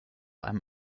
einem